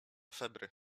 febry